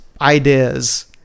ideas